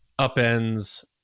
upends